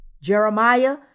Jeremiah